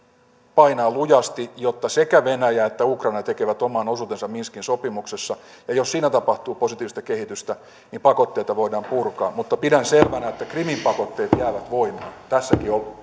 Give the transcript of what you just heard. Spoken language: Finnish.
painaa lujasti jotta sekä venäjä että ukraina tekevät oman osuutensa minskin sopimuksessa ja jos siinä tapahtuu positiivista kehitystä niin pakotteita voidaan purkaa mutta pidän selvänä että krimin pakotteet jäävät voimaan näissäkin